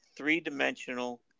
three-dimensional